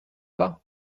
pas